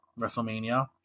WrestleMania